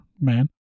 man